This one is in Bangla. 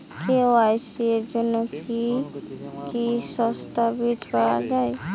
কে.ওয়াই.সি এর জন্যে কি কি দস্তাবেজ প্রয়োজন?